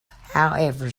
however